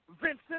Vincent